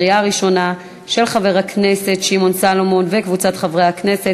של חבר הכנסת שמעון סולומון וקבוצת חברי הכנסת,